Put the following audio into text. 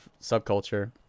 subculture